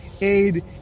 aid